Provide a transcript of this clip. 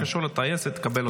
-- כל מה שקשור לטייסת תקבל אצלי.